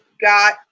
got